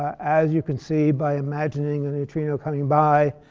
as you can see by imagining a neutrino coming by,